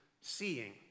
seeing